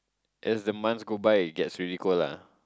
as the months go by it gets really cold la